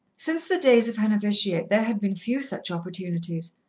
since the days of her novitiate, there had been few such opportunities,